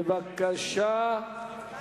בבקשה.